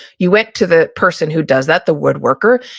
you went to the person who does that, the wood worker,